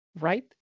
right